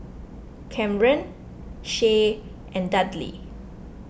Camren Shae and Dudley